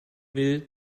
will